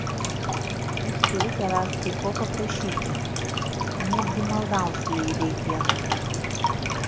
aš turiu tavęs kai ko paprašyti netgi maldausiu jei reikės